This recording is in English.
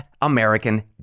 American